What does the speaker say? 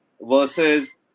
versus